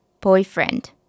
boyfriend